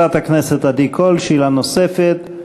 חברת הכנסת עדי קול, שאלה נוספת.